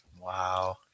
Wow